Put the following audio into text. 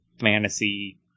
fantasy